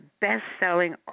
best-selling